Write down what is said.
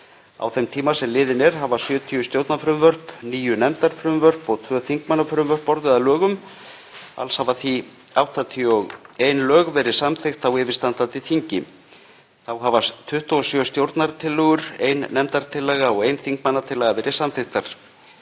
Á þeim tíma sem liðinn er hafa 70 stjórnarfrumvörp, níu nefndarfrumvörp og tvö þingmannafrumvörp orðið að lögum. Alls hafa því 81 lög verið samþykkt á yfirstandandi þingi. Þá hafa 27 stjórnartillögur, ein nefndartillaga og ein þingmannatillaga verið samþykktar.